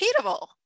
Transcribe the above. repeatable